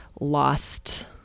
lost